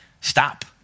stop